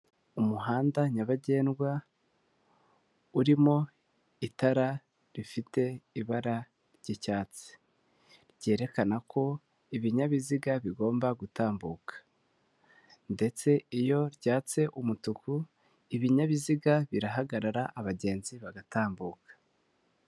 Umuhanda nyabagendwa urimo itara rifite ibara ry'icyatsi, ryerekana ko ibinyabiziga bigomba gutambuka ndetse iyo ryatse umutuku ibinyabiziga birahagarara abagenzi bagatambuka.